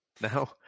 Now